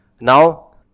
Now